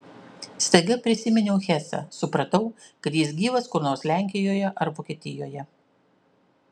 staiga prisiminiau hesą supratau kad jis gyvas kur nors lenkijoje ar vokietijoje